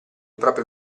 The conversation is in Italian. proprio